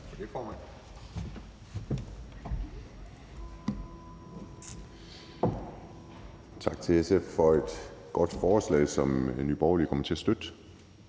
Tak til SF for et godt forslag, som Nye Borgerlige kommer til at støtte.